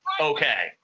Okay